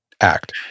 ACT